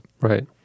Right